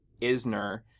Isner